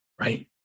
right